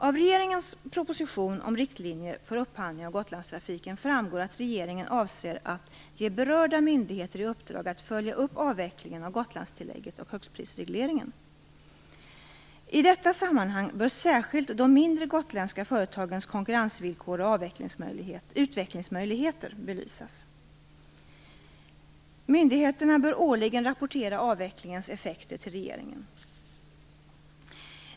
Av regeringens proposition om riktlinjer för upphandling av Gotlandstrafiken framgår att regeringen avser att ge berörda myndigheter i uppdrag att följa upp avvecklingen av Gotlandstillägget och högstprisregleringen. I detta sammanhang bör särskilt de mindre gotländska företagens konkurrensvillkor och utvecklingsmöjligheter belysas. Myndigheterna bör årligen rapportera avvecklingens effekter till regeringen.